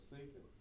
Satan